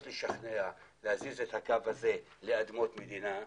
לשכנע להזיז את הקו הזה לאדמות מדינה,